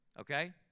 Okay